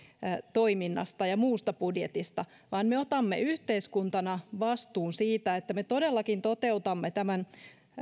toiminnasta ja muusta budjetista vaan me otamme yhteiskuntana vastuun siitä että me todellakin toteutamme tämän